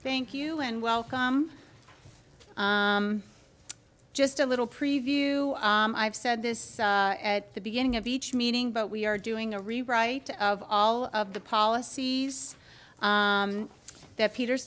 thank you and welcome just a little preview i've said this at the beginning of each meeting but we are doing a rewrite of all of the policies that peter